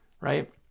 right